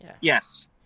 Yes